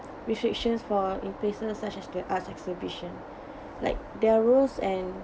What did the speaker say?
restrictions for in places such as the arts exhibition like there are rules and